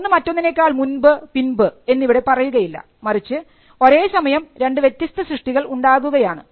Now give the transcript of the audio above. ഒന്ന് മറ്റൊന്നിനേക്കാൾ മുൻപ് പിൻപ് എന്നിവിടെ പറയുകയില്ല മറിച്ച് ഒരേസമയം രണ്ടു വ്യത്യസ്ത സൃഷ്ടികൾ ഉണ്ടാകുകയാണ്